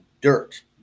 Dirt